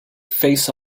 face